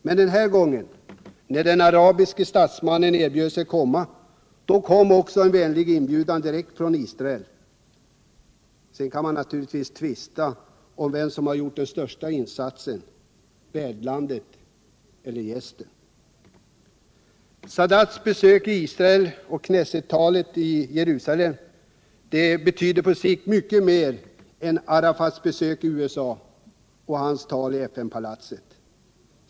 Men denna gång, när den arabiske statsmannen erbjöd sig komma, så skickades en vänlig inbjudan direkt från Israel. Sedan kan man tvista om vem som gjort den största insatsen, värdlandet eller gästen. Sadats besök i Israel och Knessel-talet i Jerusalem betyder på sikt mycket mera än Arafats besök i USA och hans tal i FN-palatset.